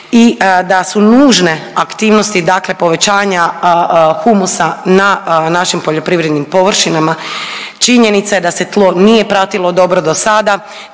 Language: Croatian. i da su nužne aktivnosti dakle povećanja humusa na našim poljoprivrednim površinama. Činjenica je da se tlo nije pratilo dobro dosada,